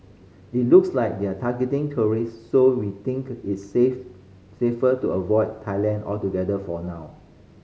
it looks like they're targeting tourist so we think it's safe safer to avoid Thailand altogether for now